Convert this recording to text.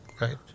Right